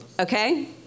Okay